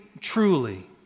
truly